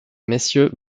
messieurs